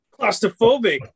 Claustrophobic